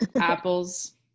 Apples